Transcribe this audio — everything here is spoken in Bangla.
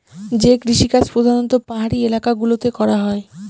যে কৃষিকাজ প্রধানত পাহাড়ি এলাকা গুলোতে করা হয়